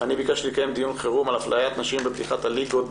אני ביקשתי לקיים דיון חירום על אפליית נשים בפתיחת הליגות,